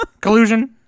collusion